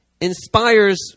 inspires